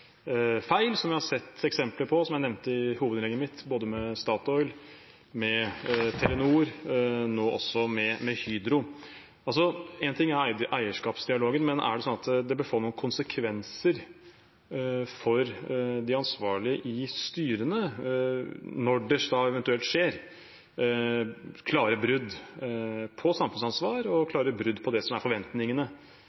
feil. Det har vi sett eksempler på, som jeg nevnte i hovedinnlegget mitt – både med Statoil, med Telenor og nå også med Hydro. En ting er eierskapsdialogen, men er det slik at det bør få noen konsekvenser for de ansvarlige i styrene når det eventuelt skjer klare brudd på samfunnsansvar og